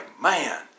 man